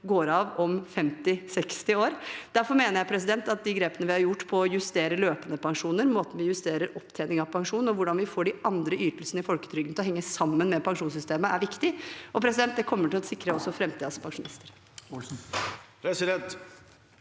går av om 50–60 år. Derfor mener jeg at grepene vi har gjort med å justere løpende pensjoner, måten vi justerer opptjening av pensjon på, og hvordan vi får de andre ytelsene i folketrygden til å henge sammen med pensjonssystemet, er viktig. Det kommer til å sikre også framtidens pensjonister.